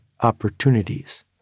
opportunities